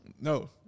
No